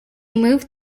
moved